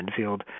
midfield